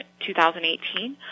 2018